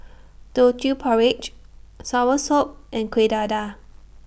Teochew Porridge Soursop and Kueh Dadar